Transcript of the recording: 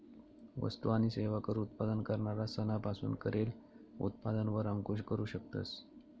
वस्तु आणि सेवा कर उत्पादन करणारा सना पासून करेल उत्पादन वर अंकूश करू शकतस